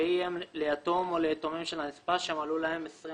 והיא אם ליתום או ליתומים של הנספה שמלאו להם 24